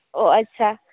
ᱚ ᱟᱪᱪᱷᱟ